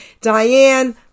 Diane